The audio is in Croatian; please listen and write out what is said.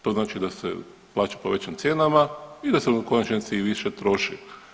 To znači da se plaća po većim cijenama i da se u konačnici i više troši.